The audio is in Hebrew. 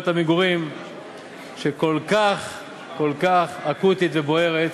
המגורים שהן כל כך כל כך אקוטיות ובוערות,